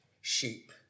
sheep